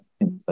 inside